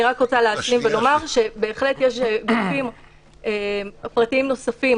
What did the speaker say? אני רק רוצה להשלים ולומר שבהחלט יש גופים פרטיים נוספים